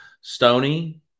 stony